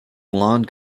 blond